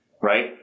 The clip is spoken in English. Right